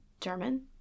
German